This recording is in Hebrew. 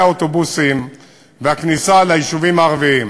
האוטובוסים והכניסה ליישובים הערביים,